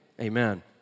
Amen